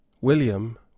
William